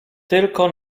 tylko